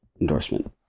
endorsement